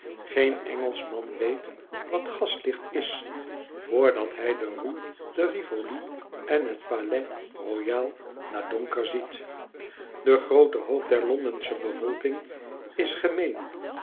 geen engelschman weet wat gaslicht is vrdat hij de rue de rivoli en t palais royal na donker ziet de groote hoop der londensche bevolking is gemeen